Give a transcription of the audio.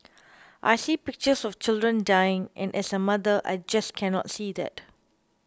I see pictures of children dying and as a mother I just cannot see that